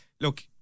look